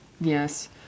Yes